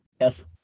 yes